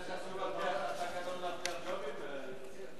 שכחת שהוא ישים תמונות של אושוויץ עוד פעם.